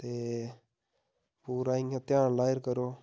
ते पूरा इ'यां ध्यान लाईर करो